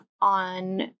on